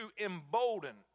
embolden